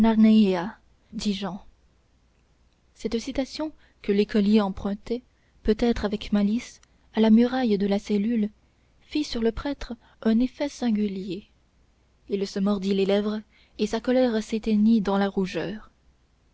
jehan cette citation que l'écolier empruntait peut-être avec malice à la muraille de la cellule fit sur le prêtre un effet singulier il se mordit les lèvres et sa colère s'éteignit dans la rougeur